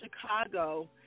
Chicago